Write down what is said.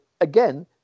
again